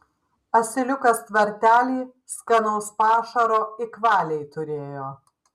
asiliukas tvartely skanaus pašaro ik valiai turėjo